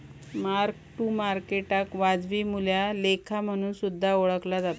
mark to मार्केटाक वाजवी मूल्या लेखा म्हणून सुद्धा ओळखला जाता